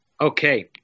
Okay